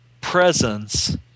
presence